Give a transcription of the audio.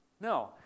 No